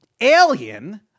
alien